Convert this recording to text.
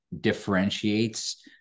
differentiates